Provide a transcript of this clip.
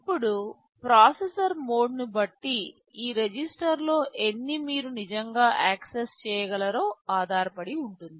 ఇప్పుడు ప్రాసెసర్ మోడ్ను బట్టి ఈ రిజిస్టర్లలో ఎన్ని మీరు నిజంగా యాక్సెస్ చేయగలరో ఆధారపడి ఉంటుంది